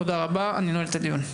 תודה רבה אני נועל את הדיון.